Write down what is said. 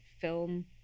film